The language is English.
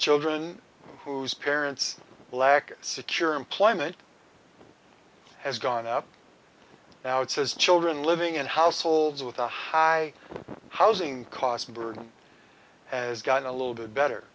children whose parents lack a secure employment has gone up now it says children living in households with a high housing costs burden has gotten a little bit better